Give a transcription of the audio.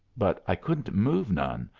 but i couldn't move none,